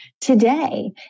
today